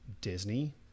Disney